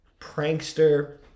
prankster